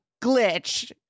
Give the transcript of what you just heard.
glitch